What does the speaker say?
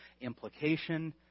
Implication